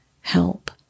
help